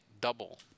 double